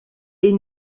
est